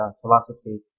philosophy